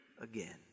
again